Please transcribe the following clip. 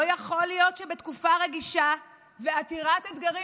לא יכול להיות שבתקופה רגישה ועתירת אתגרים